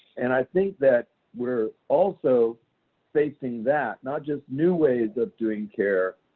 and i think that we're also facing that, not just new ways of doing care,